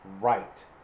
right